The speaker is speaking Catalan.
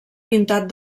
pintat